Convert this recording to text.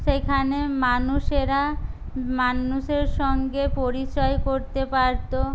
সেইখানে মানুষেরা মানুষের সঙ্গে পরিচয় করতে পারত